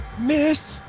miss